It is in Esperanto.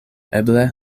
eble